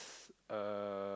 uh